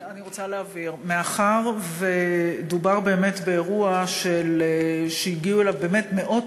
אני רוצה להבהיר: מאחר שדובר באמת באירוע שהגיעו עליו באמת מאות,